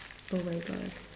oh my god